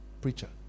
preacher